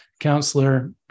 counselor